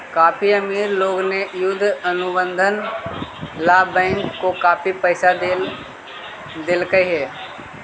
काफी अमीर लोगों ने युद्ध अनुबंध ला बैंक को काफी पैसा देलकइ हे